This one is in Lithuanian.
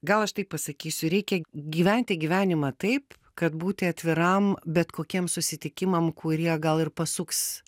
gal aš taip pasakysiu reikia gyventi gyvenimą taip kad būti atviram bet kokiem susitikimam kurie gal ir pasuks